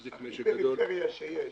הכי פריפריה שיש.